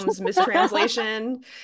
mistranslation